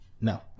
no